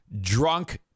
drunk